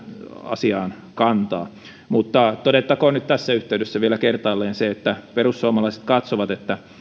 asiaan kantaa mutta todettakoon nyt tässä yhteydessä vielä kertaalleen se että perussuomalaiset katsovat että